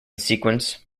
sequence